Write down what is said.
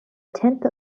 tenth